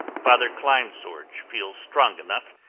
father kleinsorge feels strong enough,